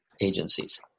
agencies